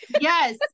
Yes